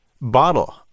bottle